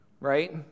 right